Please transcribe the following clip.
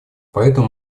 поэтому